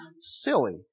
silly